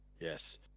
Yes